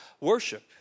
worship